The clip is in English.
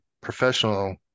professional